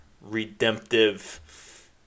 redemptive